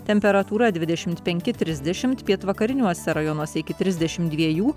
temperatūra dvidešimt penki trisdešimt pietvakariniuose rajonuose iki trisdešim dviejų